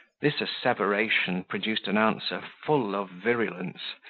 this asseveration produced an answer full of virulence,